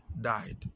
died